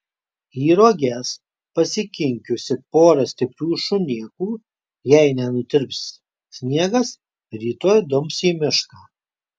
į roges pasikinkiusi porą stiprių šunėkų jei nenutirps sniegas rytoj dums į mišką